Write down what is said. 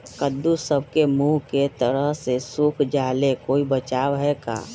कददु सब के मुँह के तरह से सुख जाले कोई बचाव है का?